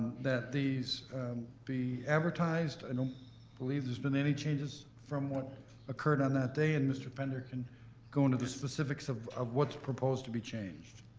that these be advertised. i don't believe there's been any changes from what occurred on that day, and mr. pender can go into the specifics of of what's proposed to be changed.